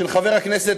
של חבר הכנסת,